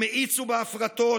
הם האיצו בהפרטות,